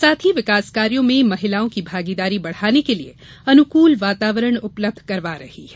साथ ही विकास कार्यो में महिलाओं की भागीदारी बनाने के लिये अनुकूल वातावरण उपलब्ध करवा रही है